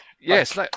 Yes